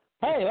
Hey